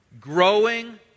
growing